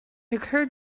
occurred